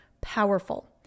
powerful